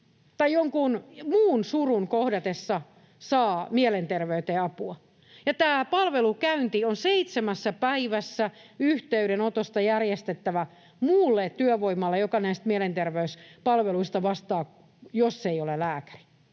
tai jonkun muun surun kohdatessa saa mielenterveyteen apua. Tämä palvelukäynti on seitsemässä päivässä yhteydenotosta järjestettävä muulle työvoimalle, joka näistä mielenterveyspalveluista vastaa, jos se ei ole lääkäri.